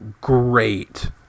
great